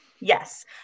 Yes